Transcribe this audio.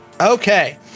Okay